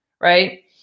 right